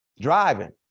driving